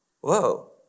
Whoa